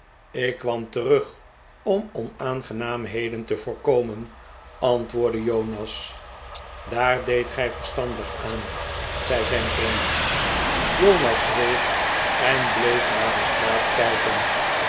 ik kwam terug om onaangenaamheden te voorkomen antwoordde jonas daar deedt gij verstandig aan zei zijn vriend jonas zweeg en bleef naar de straat kijken